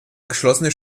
geschlossene